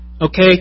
Okay